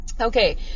Okay